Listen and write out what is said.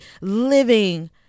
living